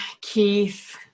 Keith